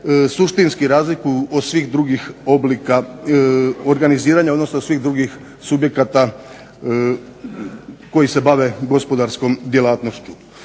suštinski razlikuju od svih drugih oblika organiziranja, odnosno svih drugih subjekata koji se bave gospodarskom djelatnošću.